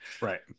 right